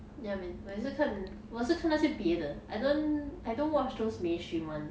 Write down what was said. ya man 我也是看我是看那些别的 I don't I don't watch those mainstream one